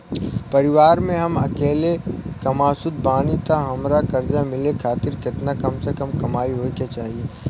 परिवार में हम अकेले कमासुत बानी त हमरा कर्जा मिले खातिर केतना कम से कम कमाई होए के चाही?